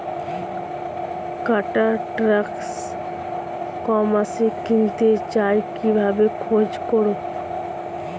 কাটার tractor ই কমার্সে কিনতে চাই কিভাবে খোঁজ করো?